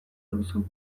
duzu